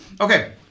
Okay